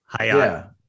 Hiya